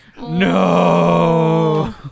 No